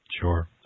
Sure